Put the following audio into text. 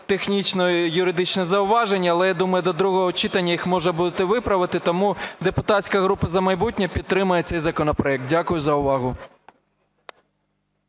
технічно-юридичні зауваження. Але я думаю, до другого читання їх можна буде виправити. Тому депутатська група "За майбутнє" підтримає цей законопроект. Дякую за увагу.